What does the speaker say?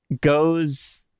goes